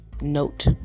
note